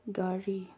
ꯒꯥꯔꯤ